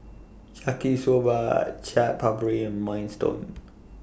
Yaki Soba Chaat Papri and Minestrone